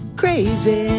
crazy